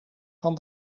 van